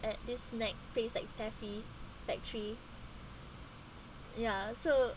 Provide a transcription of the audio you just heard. at this snack place like taffy factory ya so